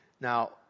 Now